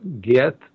get